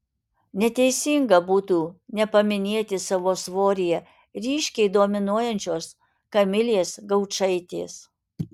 neteisinga būtų nepaminėti savo svoryje ryškiai dominuojančios kamilės gaučaitės